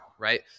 right